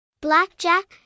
Blackjack